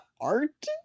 art